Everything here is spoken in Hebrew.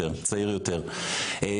כולנו הרגשנו את זה בסוף השבוע האחרון,